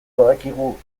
badakigu